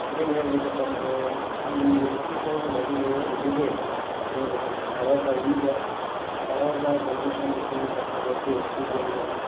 ಏನು ಹೇಳಬೇಕಪ್ಪಾ ಅಂದರೆ ಈ ಎಲ್ ಪಿ ಜಿ ಅನ್ನೋದು ಮೊದಲು ಇದ್ದಿದ್ದೇ ಇಲ್ಲ ಹೇಳ್ಬೇಕಂದ್ರೆ ಹಳೆ ಕಾಲ ಈಗ ಆವಾಗ ಜನ್ರೇಶನ್ ಇಂಪ್ರೂವ್ಮೆಂಟ್ ಆಗ್ತಾ ಬಂತು ಎಲ್ ಪಿ ಜಿಯನ್ನು